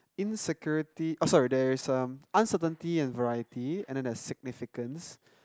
insecurity oh sorry there is um uncertainty and variety and then there is significance